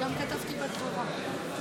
התשפ"ג 2023, לא נתקבלה.